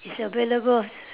is available